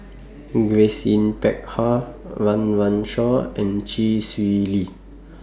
Grace Yin Peck Ha Run Run Shaw and Chee Swee Lee